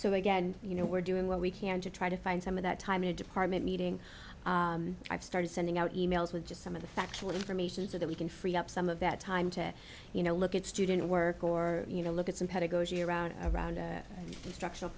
so again you know we're doing what we can to try to find some of that time in a department meeting i've started sending out e mails with just some of the factual information so that we can free up some of that time to you know look at student work or you know look at some pedagogy around around instruction